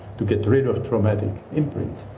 to get rid of traumatic imprint. the